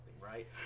right